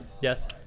Yes